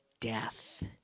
death